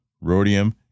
rhodium